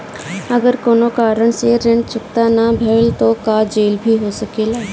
अगर कौनो कारण से ऋण चुकता न भेल तो का जेल भी हो सकेला?